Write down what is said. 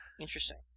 Interesting